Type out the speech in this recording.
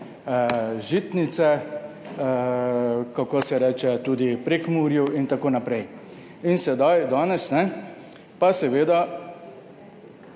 žitnice, kako se reče, tudi v Prekmurju in tako naprej. In sedaj, danes pa seveda,